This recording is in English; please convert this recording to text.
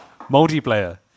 Multiplayer